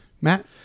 Matt